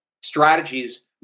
strategies